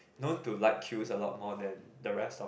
known to like queues a lot more than the rest of